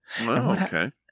Okay